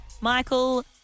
Michael